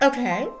Okay